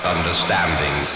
Understanding